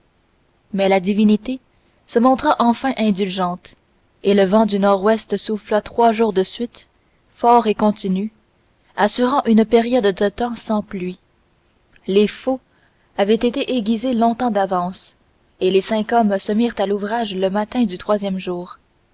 mais la divinité se montre enfin indulgente et le vent du nord-ouest souffla trois jours de suite fort e continu assurant une période de temps sans pluie les faux avaient été aiguisées longtemps d'avance et les cinq hommes se mirent à l'ouvrage le matin du troisième jour